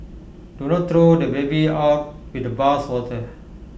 do not throw the baby out with the bathwater